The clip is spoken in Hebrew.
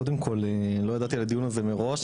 קודם כל לא ידעתי על הדיון הזה מראש.